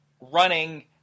running